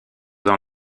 dans